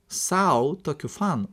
sau tokiu fanu